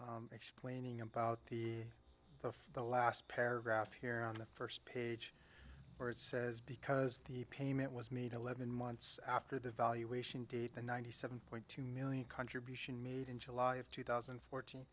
was explaining about the of the last paragraph here on the first page where it says because the payment was made eleven months after the valuation date the ninety seven point two million contribution made in july of two thousand and fourteen